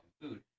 food